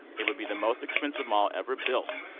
it would be the most expensive mall ever built.